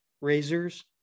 razors